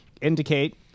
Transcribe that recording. indicate